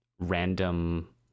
Random